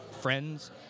friends